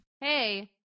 hey